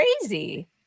crazy